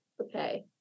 okay